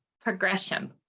progression